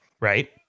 right